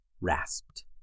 rasped